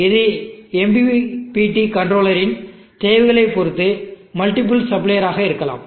இது MPPT controller இன் தேவைகளைப் பொறுத்து மல்டிபிள் சப்ளையர் ஆக இருக்கலாம்